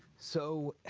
so.